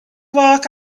walk